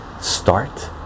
start